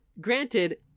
Granted